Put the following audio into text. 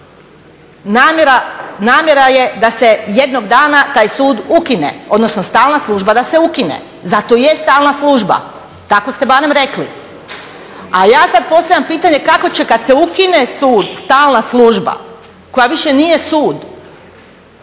namjera je da se jednog dana taj sud ukine, odnosno stalna služba da se ukine, zato i je stalna služba, tako ste barem rekli, a ja sad postavljam pitanje kako će kad se ukine sud, stalna služba koja više nije sud?